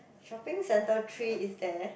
shopping centre three is there